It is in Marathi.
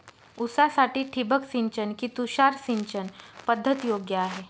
ऊसासाठी ठिबक सिंचन कि तुषार सिंचन पद्धत योग्य आहे?